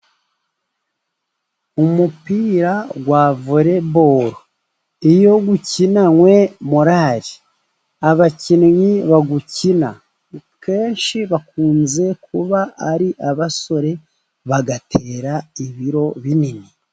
Umupira wa volebalo iyo ukinanywe morale, abakinnyi bawukina kenshi bakunze kuba ari abasore bagatera ibiro binini.